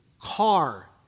car